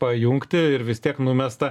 pajungti ir vis tiek numesta